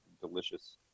delicious